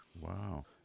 wow